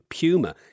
Puma